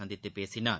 சந்தித்து பேசினார்